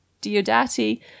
Diodati